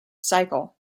cycle